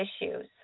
issues